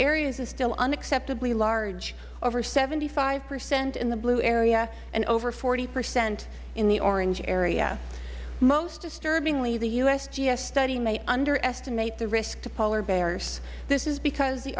areas is still unacceptably large over seventy five percent in the blue area and over forty percent in the orange area most disturbingly the usgs study may underestimate the risk to polar bears this is because the